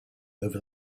over